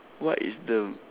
what is the